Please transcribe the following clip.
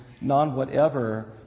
non-whatever